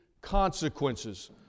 consequences